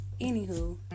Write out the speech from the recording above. anywho